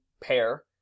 pair